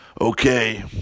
okay